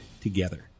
together